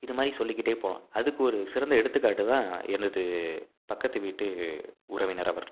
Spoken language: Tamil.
இது மாதிரி சொல்லிக்கிட்டு போகலாம் அதுக்கு ஒரு சிறந்த எடுத்துக்காட்டு தான் எனது பக்கத்துக்கு வீட்டு உறவினர் அவர்